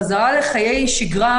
חזרה לחיי שגרה,